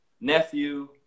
nephew